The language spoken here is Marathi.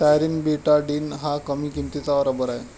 स्टायरीन ब्यूटाडीन हा कमी किंमतीचा रबर आहे